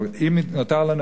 אם נותר לנו,